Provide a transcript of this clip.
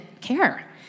care